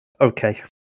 okay